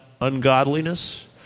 ungodliness